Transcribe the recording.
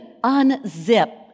unzip